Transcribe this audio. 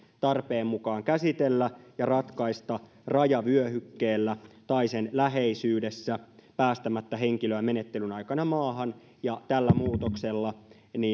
tarpeen mukaan käsitellä ja ratkaista rajavyöhykkeellä tai sen läheisyydessä päästämättä henkilöä menettelyn aikana maahan tällä muutoksella